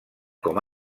com